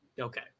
Okay